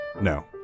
No